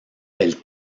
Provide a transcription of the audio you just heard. elle